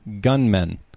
gunmen